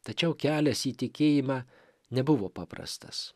tačiau kelias į tikėjimą nebuvo paprastas